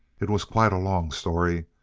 it was quite a long story,